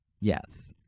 yes